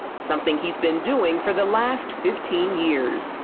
something he's been doing for the last fifteen years.